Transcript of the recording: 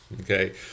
Okay